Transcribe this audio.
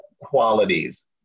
qualities